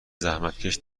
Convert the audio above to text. زحمتکش